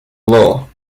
law